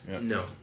No